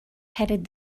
headed